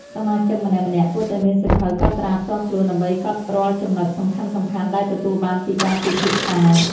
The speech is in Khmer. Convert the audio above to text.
សមាជិកម្នាក់ៗគួរតែមានសៀវភៅកត់ត្រាផ្ទាល់ខ្លួន ដើម្បីកត់រាល់ចំណុចសំខាន់ៗដែលទទួលបានពីការពិភាក្សា។